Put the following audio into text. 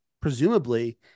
presumably